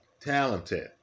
talented